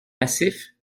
massifs